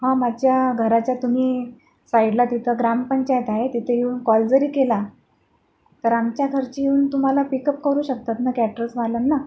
हा माझ्या घराच्या तुम्ही साईडला तिथं ग्राम पंचायत आहे तिथे येऊन कॉल जरी केला तर आमच्या घरचे येऊन तुम्हाला पिकअप करू शकतात ना कॅटरर्सवाल्यांना